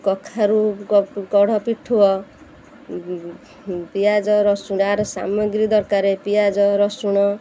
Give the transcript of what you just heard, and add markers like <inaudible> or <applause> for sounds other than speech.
କଖାରୁ କଢ଼ ପିଠଉ ପିଆଜ ରସୁଣ <unintelligible> ସାମଗ୍ରୀ ଦରକାରେ ପିଆଜ ରସୁଣ